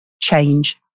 change